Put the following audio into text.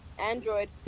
Android